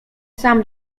sam